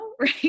right